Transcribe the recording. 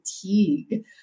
fatigue